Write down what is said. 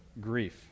grief